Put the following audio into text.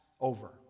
over